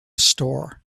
store